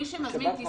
מי שמזמין טיסה